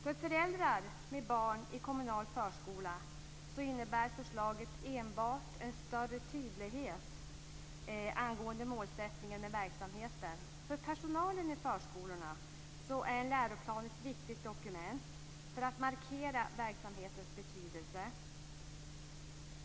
För föräldrar med barn i kommunal förskola innebär förslaget enbart en större tydlighet angående målsättningen med verksamheten. För personalen i förskolorna är en läroplan ett viktigt dokument för att markera verksamhetens betydelse.